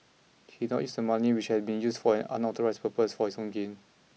he dose not use the money which had been used for an unauthorised purpose for his own gain